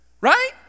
Right